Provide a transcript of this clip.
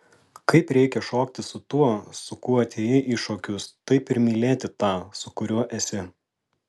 kaip reikia šokti su tuo su kuo atėjai į šokius taip ir mylėti tą su kuriuo esi